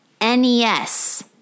NES